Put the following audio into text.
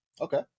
Okay